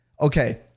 Okay